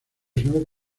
snow